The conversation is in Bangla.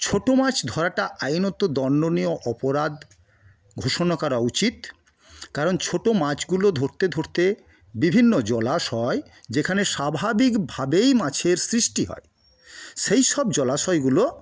ছোট মাছ ধরাটা আইনত দণ্ডনীয় অপরাধ ঘোষণা করা উচিত কারণ ছোট মাছগুলো ধরতে ধরতে বিভিন্ন জলাশয় যেখানে স্বাভাবিক ভাবেই মাছের সৃষ্টি হয় সেই সব জলাশয় গুলো